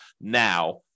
now